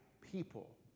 people